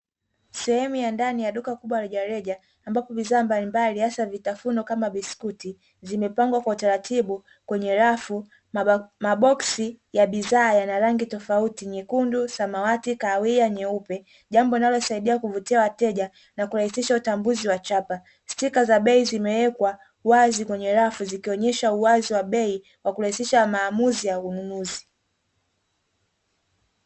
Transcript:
Sehemu ya ndani ya duka kubwa rejereja ambapo bidhaa mbalimbali hasa vitafunwa kama biskuti zimepangwa kwa utaratibu kwenye rafu, mabokisi ya bidhaa yana rangi tofauti nyekundu, samawati, kahawia, nyeupe jambo linalosaidia kuvutia wateja na kurahisisha utambuzi wa chapa. Stika za bei zimewekwa wazi kwenye rafu zikionyesha uwazi wa bei wa kurahisisha maamuzi ya ununuzi.